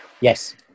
Yes